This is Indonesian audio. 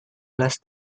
belas